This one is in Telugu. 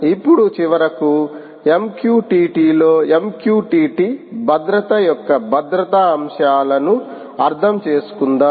ఇప్పుడు చివరకు MQTT లో MQTT భద్రత యొక్క భద్రతా అంశాలను అర్థం చేసుకుందాం